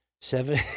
seven